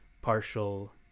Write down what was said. partial